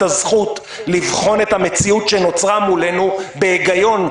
הזכות לבחון את המציאות שנוצרה מולנו בהיגיון,